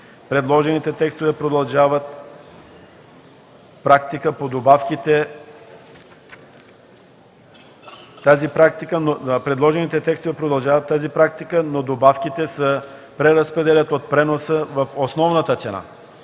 Предложените текстове продължават тази практика, но добавките се преразпределят от преноса в основната цена.